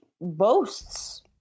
boasts